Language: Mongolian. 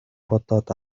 бодоод